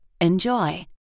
Enjoy